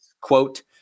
quote